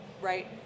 right